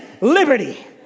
liberty